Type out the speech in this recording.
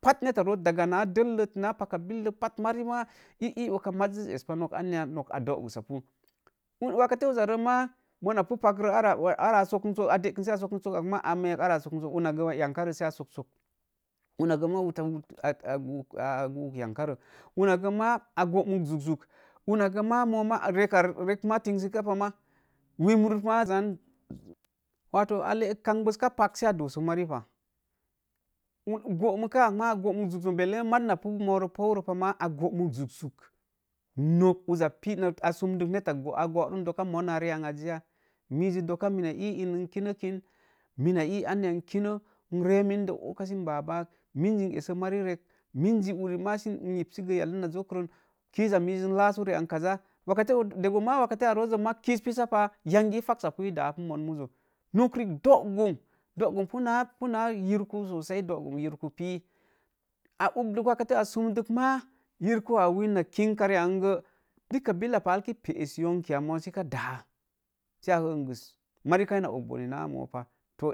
Pat netta voot daga naa dellət naa pakka billə pat, mari maa i ii oka mazə espa maa noka a dogus pu, wakete uza roo maa, mona pu pak rə awa a sokə, sok, a dekə sə a sokə sokak maa, a meek ana a sokan sokak, ləgə yankarə sə a sok sok, una gə maa wut wuta a guuk, yankarə, una gə maa a goo muk juk juk, rek maa tinsə ka ma, wim maa za zan, a leck kambes ka pa pak sə a doso mari pah. Goomukaa maa, a gomuk zuk-zuk belle, maz na pu moro pou roo pa maa a goomuk zuk-zuk, nok a sunduk netta boorum dokka moon naa ri an az ya? Mii ji dokka mina ii in n kinə kin, mina ii anya n kinə n ree mində ogka sə baa bak minji nessə mari ree, minji uri maa sə yibsi gə yallin na zokron kizza niiz n lasu rii an kaza, wakate degə maa, wakatə rooz maa kiz pisapa yangi ma ii fassapu ii daa pu-ii daa pu mun muzo nok vrik doogum, doogum pu naa yirku sosai doogum yirku pii a unbluk wakate a sunduk maa, yirku auwi na kinka rii angə, dikka billa pal ka pesyonki mooz sə ka daa sə a kə angus mari kai na og bone na moo pah